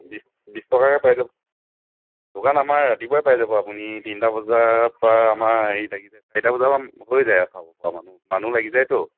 বিছ বিছ টকাকৈ পাই যাব দোকান আমাৰ ৰাতিপুৱাই পাই যাব আপুনি তিনিটা বজাৰপৰা আমাৰ হেৰি লাগি যায় চাৰিটা বজাৰমান হৈয়ে যায় আৰু খাবপৰা মানুহ মানুহ লাগি যায়তো